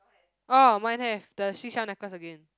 oh mine have the seashell necklace again